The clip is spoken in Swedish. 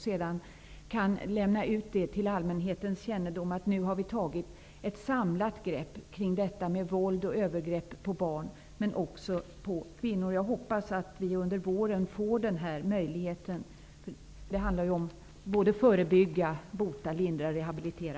Sedan kunde man meddela allmänheten att vi har tagit ett samlat grepp kring detta med våld och övergrepp mot barn men också mot kvinnor. Jag hoppas att vi under våren kan få denna möjlighet. Det handlar ju om att förebygga, bota, lindra och rehabilitera.